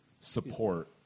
support